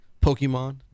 Pokemon